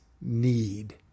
need